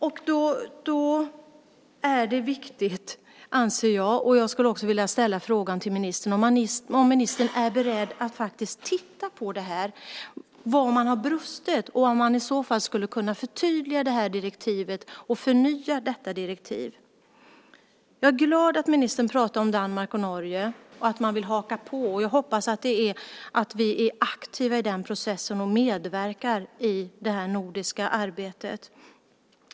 Därför skulle jag vilja ställa frågan till ministern om ministern är beredd att faktiskt titta på vad som har brustit och om man i så fall skulle kunna förtydliga och förnya direktivet. Jag är glad att ministern pratar om Danmark och Norge och att man vill haka på. Jag hoppas att vi är aktiva i den processen och medverkar i det nordiska arbetet.